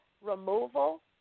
removal